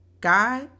God